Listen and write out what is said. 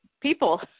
people